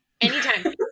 Anytime